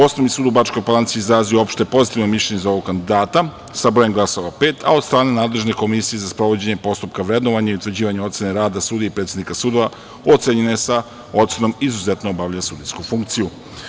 Osnovni sud u Bačkoj Palanci je izrazio opšte pozitivno mišljenje za ovog kandidata sa brojem glasova – pet, a od strane nadležne komisije za sprovođenje postupka vrednovanja i utvrđivanje ocene rada sudija i predsednika sudova ocenjena je sa ocenom „izuzetno obavlja sudijsku funkciju“